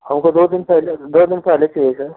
हमको दो दिन पहले दो दिन पहले चाहिए सर